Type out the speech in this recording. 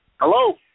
Hello